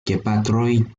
gepatroj